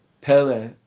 pele